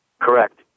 Correct